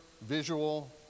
visual